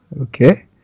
Okay